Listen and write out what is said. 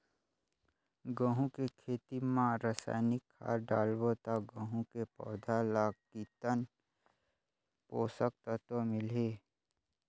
गंहू के खेती मां रसायनिक खाद डालबो ता गंहू के पौधा ला कितन पोषक तत्व मिलही?